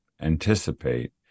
anticipate